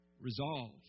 resolve